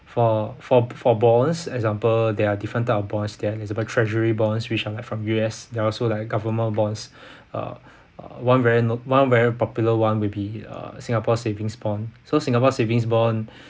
for for for bonds example there are different type of bonds there are treasury bonds which are like from U_S there are also like government bonds uh uh one very no~ one very popular one will be uh singapore savings bond so singapore savings bond